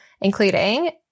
including